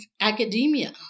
academia